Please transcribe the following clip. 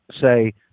say